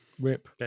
rip